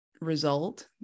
result